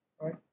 Right